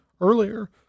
earlier